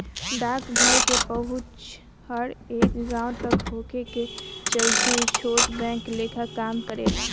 डाकघर के पहुंच हर एक गांव तक होखे के चलते ई छोट बैंक लेखा काम करेला